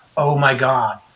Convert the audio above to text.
oh my god.